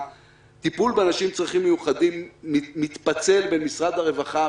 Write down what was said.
הטיפול באנשים עם צרכים מיוחדים מתפצל בין משרד הרווחה,